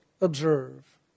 observe